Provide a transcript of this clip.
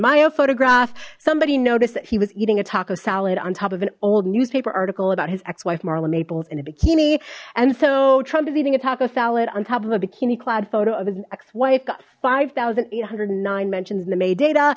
mayo photograph somebody noticed that he was eating a taco salad on top of an old newspaper article about his ex wife marla maples in a bikini and so trump is eating a taco salad on top of a bikini clad photo of his ex wife got five thousand eight hundred and nine mentions in the may data